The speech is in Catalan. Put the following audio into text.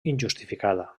injustificada